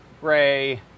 gray